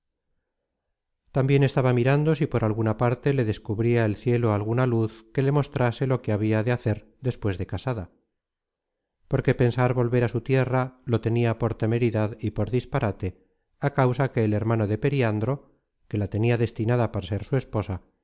tambien estaba mirando si por alguna parte le descubria el cielo alguna luz que le mostrase lo que habia de hacer despues de casada porque pensar volver a su tierra lo tenia por temeridad y por disparate á causa que el hermano de periandro que la tenia destinada para ser su esposa